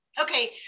okay